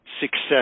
success